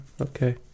okay